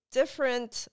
different